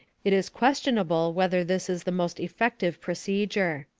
it is questionable whether this is the most effective procedure.